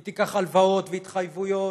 היא תיקח הלוואות והתחייבויות,